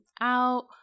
out